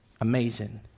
amazing